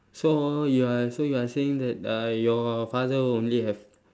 so you are so you are saying that uh your father only have